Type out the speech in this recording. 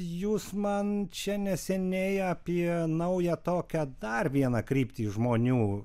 jūs man čia neseniai apie naują tokią dar vieną kryptį žmonių